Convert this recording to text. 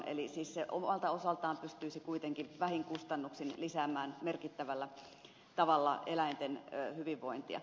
eli siis se omalta osaltaan pystyisi kuitenkin vähin kustannuksin lisäämään merkittävällä tavalla eläinten hyvinvointia